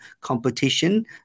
competition